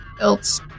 else